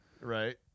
right